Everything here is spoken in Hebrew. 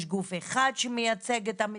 יש גוף אחד שמייצג את המתמחים.